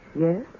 Yes